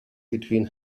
between